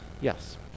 Yes